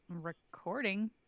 Recording